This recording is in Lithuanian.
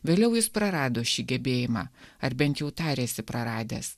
vėliau jis prarado šį gebėjimą ar bent jau tarėsi praradęs